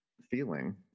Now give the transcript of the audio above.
feeling